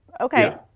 okay